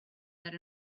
that